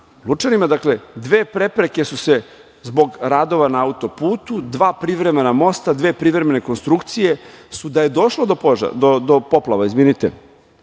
Lučanima, dakle dve prepreke su se zbog radova na autoputu, dva privremena mosta, dve privremene konstrukcije, su da je došlo do poplava pretile